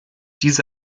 diese